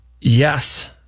yes